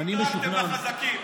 הרי תמיד דאגתם לחזקים.